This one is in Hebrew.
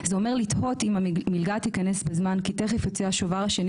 זה אומר לתהות אם המלגה תכנס בזמן כי תכף יוצא השובר השני